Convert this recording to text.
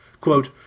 Quote